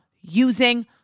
using